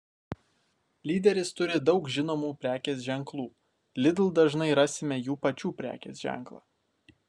lyderis turi daug žinomų prekės ženklų lidl dažnai rasime jų pačių prekės ženklą